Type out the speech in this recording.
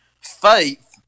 faith